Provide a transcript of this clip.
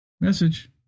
Message